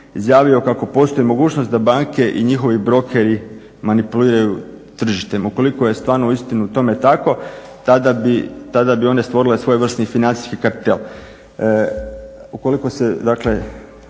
izjavio kako postoji mogućnost da banke i njihovi brokeri manipuliraju tržištem. Ukoliko je stvarno uistinu tome tako, tada bi one stvorile svojevrsni financijski kartel.